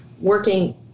working